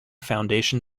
foundation